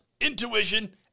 Intuition